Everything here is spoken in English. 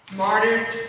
martyred